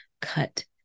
cut